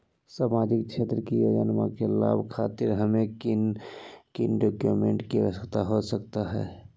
सामाजिक क्षेत्र की योजनाओं के लाभ खातिर हमें किन किन डॉक्यूमेंट की आवश्यकता हो सकता है?